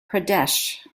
pradesh